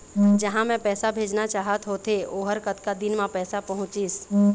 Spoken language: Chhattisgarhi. जहां मैं पैसा भेजना चाहत होथे ओहर कतका दिन मा पैसा पहुंचिस?